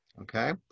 okay